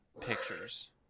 pictures